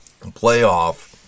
playoff